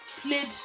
played